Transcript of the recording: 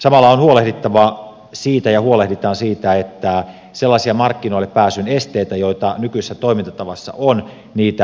samalla huolehditaan siitä että sellaisia markkinoillepääsyn esteitä joita nykyisessä toimintatavassa on puretaan